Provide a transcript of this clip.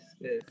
yes